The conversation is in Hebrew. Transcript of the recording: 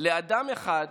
לאדם אחד